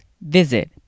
visit